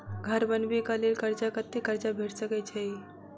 घर बनबे कऽ लेल कर्जा कत्ते कर्जा भेट सकय छई?